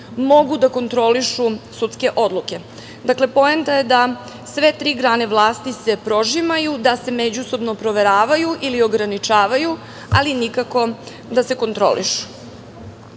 mogu da kontrolišu sudske odluke. Dakle, poenta je da se sve tri grane vlasti prožimaju, da se međusobno proveravaju ili ograničavaju, ali nikako da se kontrolišu. Na